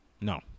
No